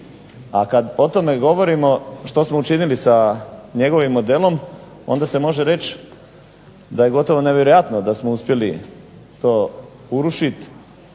A kada o tome govorimo što smo učinili sa njegovim modelom onda se može reći da je gotovo nevjerojatno da smo uspjeli to urušiti